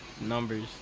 numbers